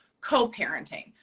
co-parenting